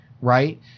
right